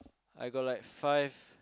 I got like five